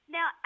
Now